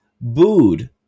Booed